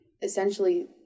essentially